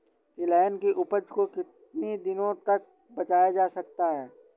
तिलहन की उपज को कितनी दिनों तक बचाया जा सकता है?